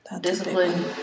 Discipline